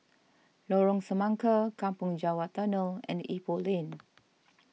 Lorong Semangka Kampong Java Tunnel and Ipoh Lane